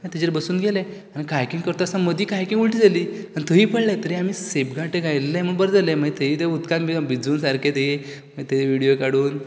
तेजेर बसून गेले आनी कायाकींग करता आसतना मदीं कायाकींग उलटी जाली आनी थंयूय पडले तरी आमी सेफ गार्ड घायिल्लें म्हण बरें जालें मागीर थंय तें उदकान भिजून सारके थंय तें व्हिडियो काडून